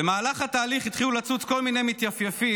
במהלך התהליך התחילו לצוץ כל מיני מתייפייפים